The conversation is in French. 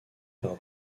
par